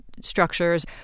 structures